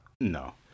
No